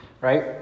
right